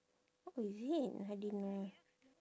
oh is it I didn't know